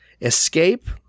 escape